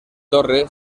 torre